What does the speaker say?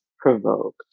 provoked